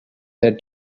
their